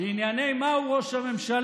לענייני מה הוא ראש הממשלה.